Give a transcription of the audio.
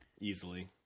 Easily